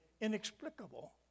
inexplicable